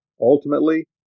ultimately